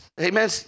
amen